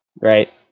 right